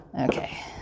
Okay